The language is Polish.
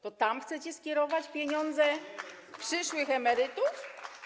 To tam chcecie skierować pieniądze przyszłych emerytów?